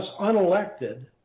unelected